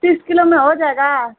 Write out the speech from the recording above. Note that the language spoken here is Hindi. तीस किलो में हो जाएगा